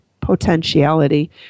potentiality